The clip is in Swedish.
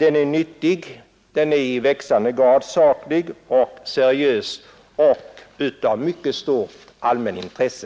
är nyttig. Den är i växande grad saklig och seriös och av mycket stort allmänintresse.